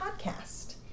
podcast